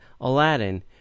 Aladdin